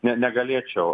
ne negalėčiau